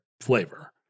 flavor